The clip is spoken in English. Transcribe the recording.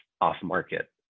off-market